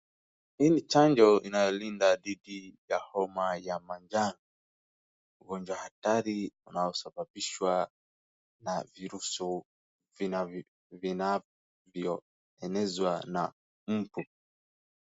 Hii ni chanjo inayolinda dhidi ya homa ya manjano. Ugonjwa hatari unaosababishwa na virusi vinavyoenezwa na mbu.